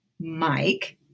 Mike